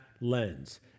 lens